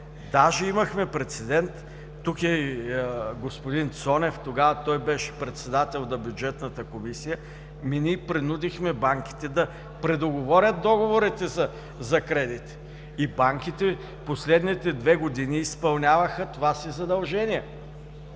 имахме прецедент. Тук е и господин Цонев. Тогава той беше председател на Бюджетната комисия. Ние принудихме банките да предоговорят договорите за кредити и те последните две години изпълняваха това си задължение.